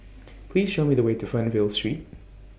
Please Show Me The Way to Fernvale Street